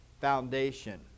foundation